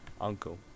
uncle